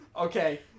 Okay